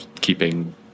keeping